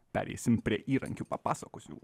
pereisim prie įrankių papasakosiu